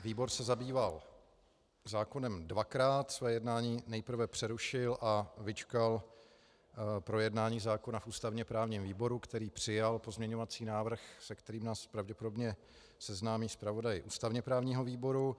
Výbor se zabýval zákonem dvakrát, své jednání nejprve přerušil a vyčkal projednání zákona v ústavněprávním výboru, který přijal pozměňovací návrh, s kterým nás pravděpodobně seznámí zpravodaj ústavněprávního výboru.